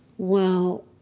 well,